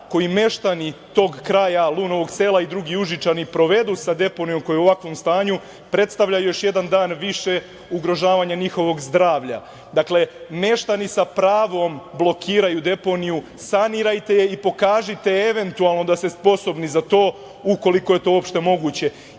koji meštani tog kraja, Lunovog sela i drugi Užičani, provedu sa deponijom koja je u ovakvom stanju predstavlja još jedan dan više ugrožavanja njihovog zdravlja. Dakle, meštani sa pravom blokiraju deponiju. Sanirajte je i pokažite eventualno da ste sposobni za to, ukoliko je to uopšte moguće.I